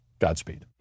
Godspeed